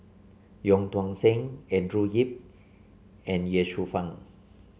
Wong Tuang Seng Andrew Yip and Ye Shufang